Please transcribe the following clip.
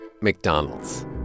McDonald's